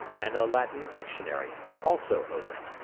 and a latin dictionary, also open.